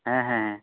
ᱦᱮᱸ ᱦᱮᱸ ᱦᱮᱸ